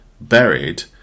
buried